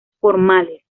formales